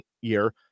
year